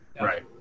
Right